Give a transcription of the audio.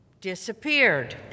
disappeared